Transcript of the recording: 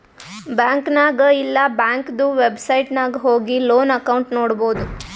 bank ನಾಗ್ ಇಲ್ಲಾ ಬ್ಯಾಂಕ್ದು ವೆಬ್ಸೈಟ್ ನಾಗ್ ಹೋಗಿ ಲೋನ್ ಅಕೌಂಟ್ ನೋಡ್ಬೋದು